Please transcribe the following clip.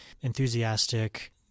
enthusiastic